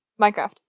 Minecraft